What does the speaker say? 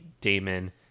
Damon